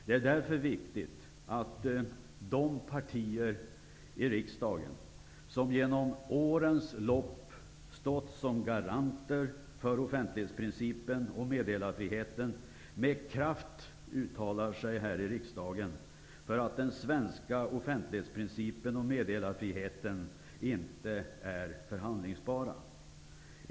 Det är därför viktigt att de partier i riksdagen som genom årens lopp stått som garanter för offentlighetsprincipen och meddelarfriheten med kraft uttalar sig här i riksdagen för att den svenska offentlighetsprincipen och meddelarfriheten inte är förhandlingsbara.